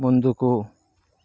ముందుకు